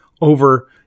over